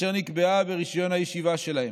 אשר נקבעה ברישיון הישיבה שלהם.